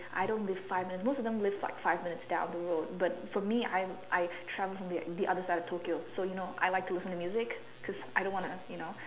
I don't live five minutes most of them live like five minutes down the road but for me I I travel from the the other side of Tokyo so you know I like to listen to music because I didn't want to like you know